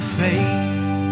faith